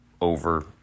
over